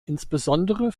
insbesondere